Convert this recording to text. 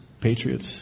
patriots